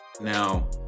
now